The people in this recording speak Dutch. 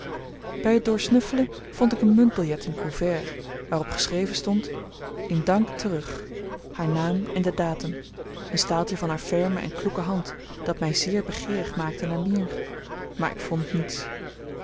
bij het doorsnuffelen vond ik een muntbiljet in couvert waarop geschreven stond in dank terug haar naam en de datum een staaltje van haar ferme en kloeke hand dat mij zeer begeerig maakte naar meer maar ik vond niets